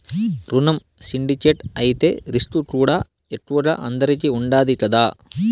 రునం సిండికేట్ అయితే రిస్కుకూడా ఎక్కువగా అందరికీ ఉండాది కదా